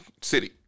city